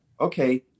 Okay